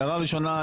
ההערה הראשונה,